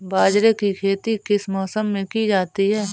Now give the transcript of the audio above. बाजरे की खेती किस मौसम में की जाती है?